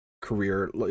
career